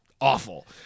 awful